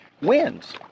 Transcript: wins